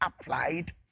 applied